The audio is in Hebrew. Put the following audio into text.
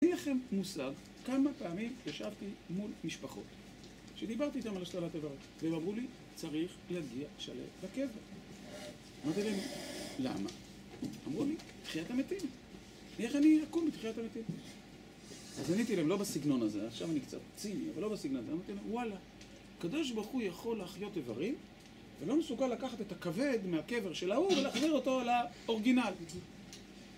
אין לכם מושג כמה פעמים ישבתי מול משפחות שדיברתי איתן על השתלת איברים, והם אמרו לי, צריך להגיע שלם בקבר. אמרו לי, למה? אמרו לי, תחיית המתים. ואיך אני אקום מתחיית המתים? אז עניתי להם, לא בסגנון הזה, עכשיו אני קצר ציני, אבל לא בסגנון הזה, אמרתי להם, וואלה, הקב' ברוך הוא יכול להחיות איברים, ולא מסוגל לקחת את הכבד מהקבר של ההוא ולחזיר אותו לאורגינל